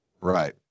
Right